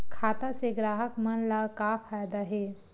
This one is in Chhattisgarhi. खाता से ग्राहक मन ला का फ़ायदा हे?